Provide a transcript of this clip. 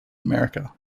america